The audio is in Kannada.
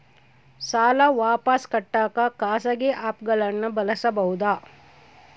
ಸಾಲ ವಾಪಸ್ ಕಟ್ಟಕ ಖಾಸಗಿ ಆ್ಯಪ್ ಗಳನ್ನ ಬಳಸಬಹದಾ?